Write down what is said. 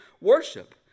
worship